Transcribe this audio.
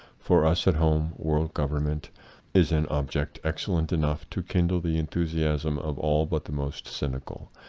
for us at home, world government is an object excellent enough to kindle the enthusiasm of all but the most cyni cal.